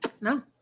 No